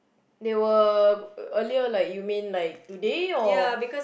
they were earlier like you mean like today or